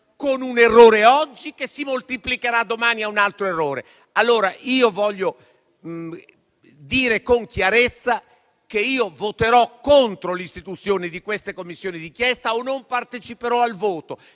con un errore oggi che si moltiplicherà domani in un altro errore. Voglio dire con chiarezza che voterò contro l'istituzione di queste Commissioni di inchiesta o non parteciperò al voto,